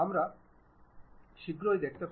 সুতরাং আসুন এটি দেখুন